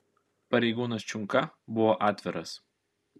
pareigūnas čiunka buvo atviras